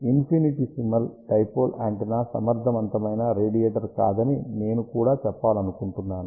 infinitesimal dipole antenna సమర్థవంతమైన radiator కాదని నేను కూడా చెప్పాలనుకుంటున్నాను